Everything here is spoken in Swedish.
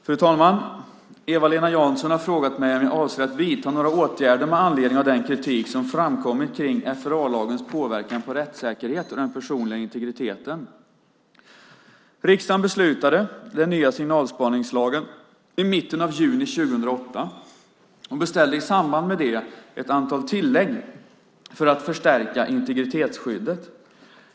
Fru talman! Eva-Lena Jansson har frågat mig om jag avser att vidta några åtgärder med anledning av den kritik som framkommit kring FRA-lagens påverkan på rättssäkerheten och den personliga integriteten. Riksdagen beslutade den nya signalspaningslagen i mitten av juni 2008 och beställde i samband med detta ett antal tillägg för att förstärka integritetsskyddet.